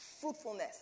fruitfulness